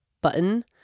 button